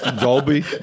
Dolby